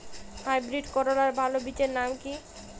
Hybrid করলার ভালো বীজের নাম কি?